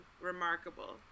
remarkable